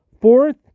fourth